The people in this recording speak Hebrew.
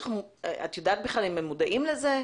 את יודעת אם הם בכלל מודעים לזה?